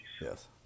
Yes